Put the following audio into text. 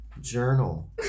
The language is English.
journal